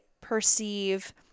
perceive